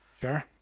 sure